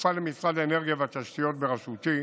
הכפופה למשרד האנרגיה והתשתיות בראשותי,